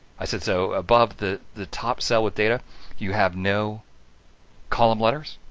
i said so above the the top cell with data you have no column letters?